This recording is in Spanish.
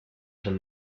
san